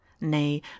Nay